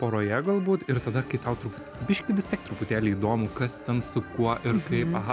poroje galbūt ir tada kai tau truputį biškį vis tiek truputėlį įdomu kas ten su kuo ir kaip aha